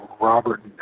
Robert